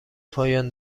پایان